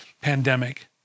pandemic